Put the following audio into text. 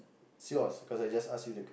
it's yours cause I just ask you the